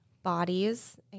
bodies